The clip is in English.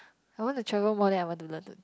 I want to travel more than I want to learn to